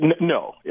no